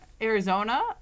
arizona